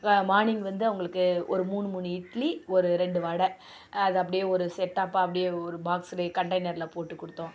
morning வந்து அவங்களுக்கு ஒரு மூணு மூணு இட்லி ஒரு ரெண்டு வடை அதை அப்படியே ஒரு செட்டப்பாக அப்படியே ஒரு பாக்ஸ்லே கண்டெய்னர்ல போட்டு கொடுத்தோம்